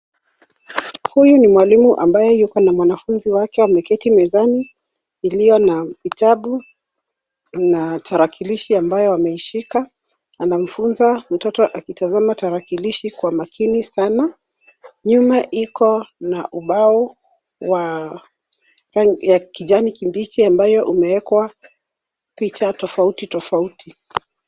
Huyu ni mwalimu ambaye Yuko na wanafunzi wake wameketi mezani iliyo na vitabu na tarakilishi ambayo ok wameshika anamfunza mtoto akitazama tarakilishi kwa makini Sana. Nyuma iko na ubao yakijani kibichi ambayo imeekwa picha tofouti tofouti .